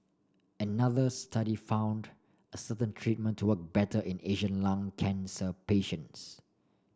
another study found a certain treatment to work better in Asian lung cancer patients